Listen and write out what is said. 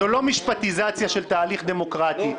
זה לא משפטיזציה של תהליך דמוקרטי.